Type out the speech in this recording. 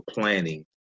planning